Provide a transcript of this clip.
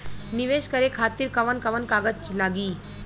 नीवेश करे खातिर कवन कवन कागज लागि?